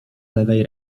lewej